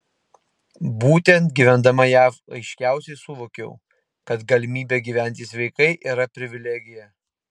būtent gyvendama jav aiškiausiai suvokiau kad galimybė gyventi sveikai yra privilegija